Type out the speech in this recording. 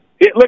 Look